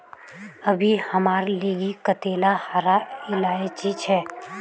अभी हमार लिगी कतेला हरा इलायची छे